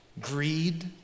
Greed